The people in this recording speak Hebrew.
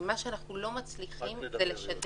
ומה שאנחנו לא מצליחים זה לשדר